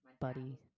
buddy